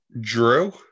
Drew